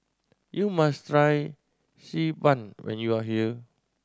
you must try Xi Ban when you are here